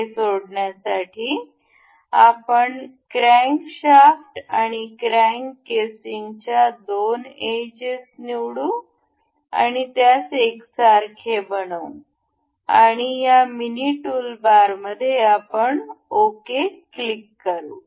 हे सोडवण्यासाठी आपण क्रॅन्कशाफ्ट आणि या क्रॅंक केसिंगच्या दोन एज निवडू आणि त्यास एकसारखे बनवू आणि या मिनी टूलबारमध्ये आपण ओके क्लिक करू